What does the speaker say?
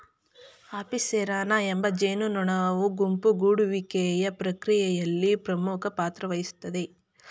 Apis cerana ಎಂಬ ಜೇನುನೊಣವು ಗುಂಪು ಗೂಡುವಿಕೆಯ ಪ್ರಕ್ರಿಯೆಯಲ್ಲಿ ಪ್ರಮುಖ ಪಾತ್ರವಹಿಸ್ತದೆ